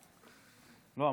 לא.